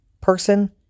person